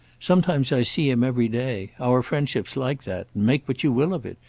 sometimes i see him every day. our friendship's like that. make what you will of it!